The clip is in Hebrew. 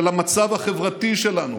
של המצב החברתי שלנו,